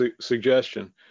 suggestion